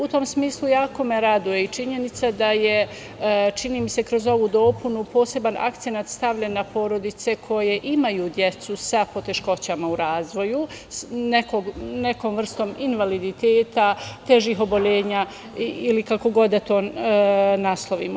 U tom smislu, jako me raduje i činjenica da je, čini mi se, kroz ovu dopunu poseban akcenat stavljen na porodice koje imaju decu sa poteškoćama u razvoju, nekom vrstom invaliditeta, težih oboljenja ili kako god da to naslovimo.